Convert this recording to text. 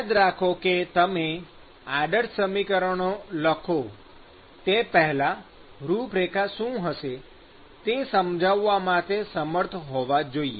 યાદ રાખો કે તમે આદર્શ સમીકરણો લખો તે પહેલાં રૂપરેખા શું હશે તે સમજવા માટે સમર્થ હોવા જોઈએ